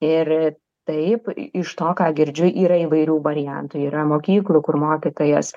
ir taip iš to ką girdžiu yra įvairių variantų yra mokyklų kur mokytojas